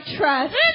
trust